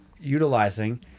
utilizing